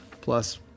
plus